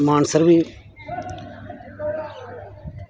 Mansar बी